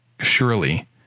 surely